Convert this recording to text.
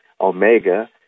Omega